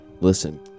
Listen